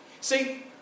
See